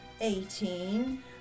eighteen